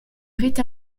rite